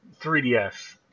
3DS